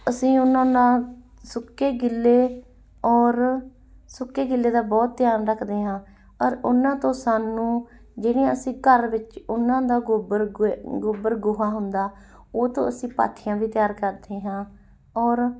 ਅਸੀਂ ਉਹਨਾਂ ਨਾਲ ਸੁੱਕੇ ਗਿੱਲੇ ਔਰ ਸੁੱਕੇ ਗਿਲੇ ਦਾ ਬਹੁਤ ਧਿਆਨ ਰੱਖਦੇ ਹਾਂ ਔਰ ਉਹਨਾਂ ਤੋਂ ਸਾਨੂੰ ਜਿਹੜੀਆਂ ਅਸੀਂ ਘਰ ਵਿੱਚ ਉਹਨਾਂ ਦਾ ਗੋਬਰ ਗੋਏਆ ਗੋਬਰ ਗੋਹਾ ਹੁੰਦਾ ਉਹ ਤੋਂ ਅਸੀਂ ਪਾਥੀਆਂ ਵੀ ਤਿਆਰ ਕਰਦੇ ਹਾਂ ਔਰ